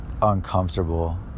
uncomfortable